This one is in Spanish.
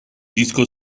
disco